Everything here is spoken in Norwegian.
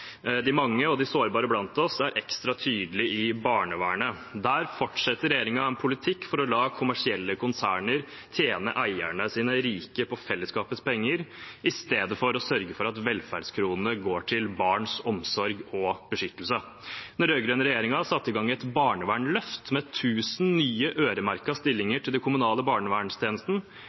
de mange – og de sårbare blant oss – er ekstra tydelig når det gjelder barnevernet. Der fortsetter regjeringen en politikk for å la kommersielle konserners eiere tjene seg rike på fellesskapets penger i stedet for å sørge for at velferdskronene går til barns omsorg og beskyttelse. Den rød-grønne regjeringen satte i gang et barnevernsløft med 1 000 nye øremerkede stillinger til den kommunale